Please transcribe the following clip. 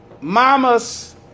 Mama's